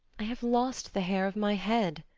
i have lost the hair of my head,